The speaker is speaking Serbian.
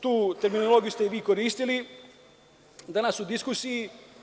Tu terminologiju ste i vi koristili danas u diskusiji.